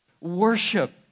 Worship